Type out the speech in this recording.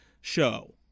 show